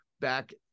back